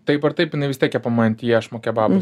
taip ar taip jinai vis tiek kepama ant iešmo kebabas